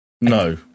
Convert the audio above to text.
No